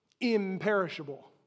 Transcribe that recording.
Imperishable